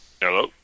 Hello